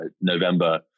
November